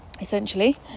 essentially